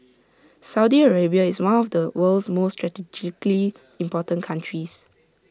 Saudi Arabia is one of the world's most strategically important countries